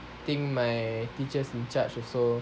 think my teachers in charge also